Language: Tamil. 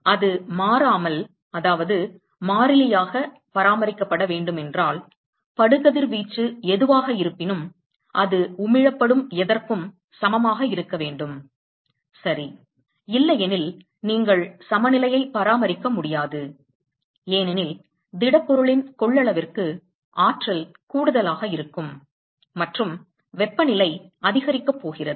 இப்போது அது மாறாமல் பராமரிக்கப்பட வேண்டும் என்றால் படு கதிர்வீச்சு எதுவாக இருப்பினும் அது உமிழப்படும் எதற்கும் சமமாக இருக்க வேண்டும் சரி இல்லையெனில் நீங்கள் சமநிலையை பராமரிக்க முடியாது ஏனெனில் திடப்பொருளின் கொள்ளளவிற்கு ஆற்றல் கூடுதலாக இருக்கும் மற்றும் வெப்பநிலை அதிகரிக்கப் போகிறது